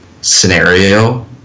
scenario